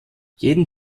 jeden